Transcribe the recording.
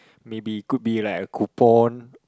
maybe could be like a coupon